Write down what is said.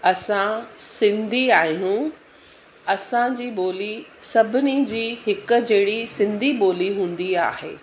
असां सिंधी आहियूं असांजी ॿोली सभिनी जी हिकु जहिड़ी सिंधी ॿोली हूंदी आहे